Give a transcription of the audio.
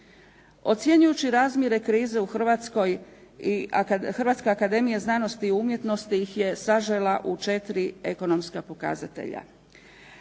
Ocjenjujući razmjere krize u Hrvatskoj i Hrvatska akademija znanosti i umjetnosti ih je sažela u 4 ekonomska pokazatelja.